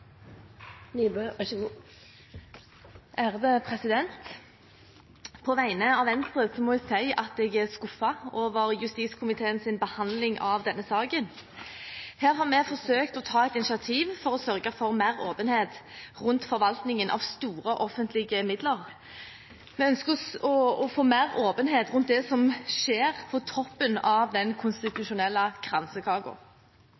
over justiskomiteens behandling av denne saken. Her har vi forsøkt å ta et initiativ for å sørge for mer åpenhet rundt forvaltningen av store offentlige midler. Vi ønsker å få mer åpenhet rundt det som skjer på toppen av den